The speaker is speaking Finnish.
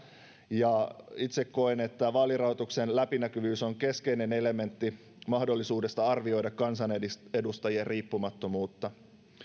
ja itse koen että vaalirahoituksen läpinäkyvyys on keskeinen elementti mahdollisuudessa arvioida kansanedustajien riippumattomuutta